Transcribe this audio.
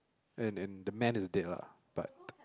and and the man is dead lah but